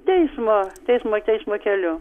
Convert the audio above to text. teismo teismo teismo keliu